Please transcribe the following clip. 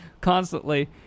constantly